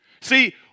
See